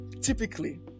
typically